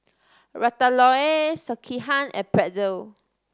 Ratatouille Sekihan and Pretzel